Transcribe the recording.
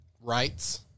rights